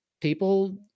people